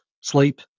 sleep